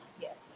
yes